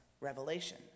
revelation